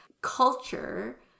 culture